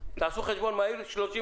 תיקן את התקנות שלנו,